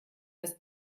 dass